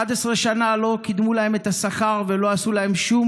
11 שנים לא קידמו להם את השכר ולא עשו להם שום